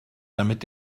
damit